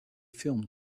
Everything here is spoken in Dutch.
film